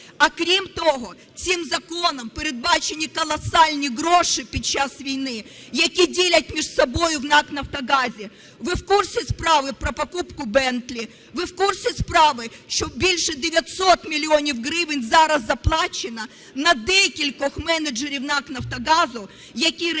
А, крім того, цим законом передбачені колосальні гроші під час війни, які ділять між собою в НАК "Нафтогазі". Ви в курсі справи про покупку "бентлі"? Ви в курсі справи, що більше 900 мільйонів гривень зараз заплачено на декількох менеджерів НАК "Нафтогазу", які реально